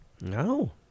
No